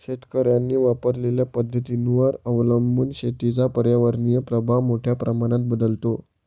शेतकऱ्यांनी वापरलेल्या पद्धतींवर अवलंबून शेतीचा पर्यावरणीय प्रभाव मोठ्या प्रमाणात बदलतो